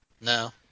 No